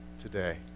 today